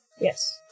Yes